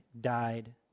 died